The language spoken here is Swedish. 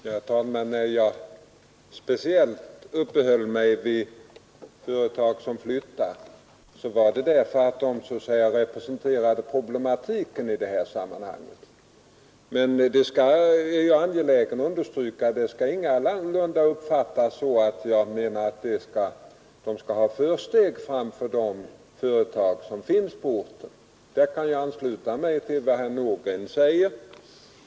Herr talman! När jag speciellt uppehöll mig vid företag som flyttar var det därför att de så att säga representerar problematiken i sammanhanget. Men jag vill understryka att detta inte betyder att jag anser att de skall ha försteg framför de företag som finns på orten. På den punkten kan jag ansluta mig till vad herr Nordgren sade.